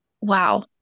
Wow